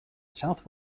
south